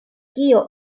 kio